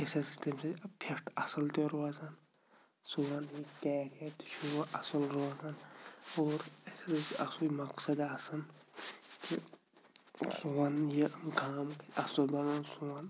أسۍ ہسا چھِ تَمہِ سۭتۍ فِٹ اَصٕل تہِ روزان سون یہِ کیریَر تہِ چھُوٕ اَصٕل روزان اور اَسہِ ہسا چھِ اَ سُے مقصَد آسان کہِ سون یہِ گام اَصُل بَنُن سون